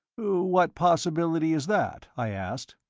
what possibility is that? i asked.